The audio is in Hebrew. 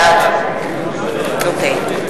בעד רבותי,